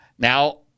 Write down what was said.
Now